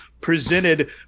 presented